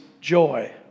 joy